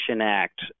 Act